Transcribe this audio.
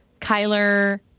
Kyler